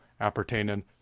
appertaining